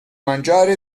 mangiare